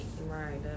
Right